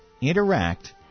interact